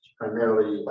primarily